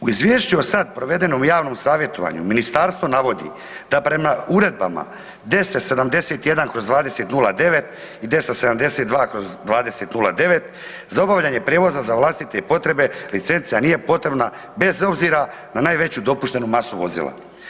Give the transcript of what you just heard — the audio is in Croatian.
U izvješću o sad provedeno u javnom savjetovanju ministarstvo navodi da prema Uredbama 1071/2009 i 1072/2009 za obavljanje prijevoza za vlastite potrebe licenca nije potrebna bez obzira na najveću dopuštenu masu vozila.